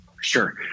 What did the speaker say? Sure